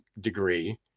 degree